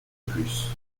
plus